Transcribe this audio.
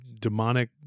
demonic